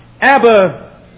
Abba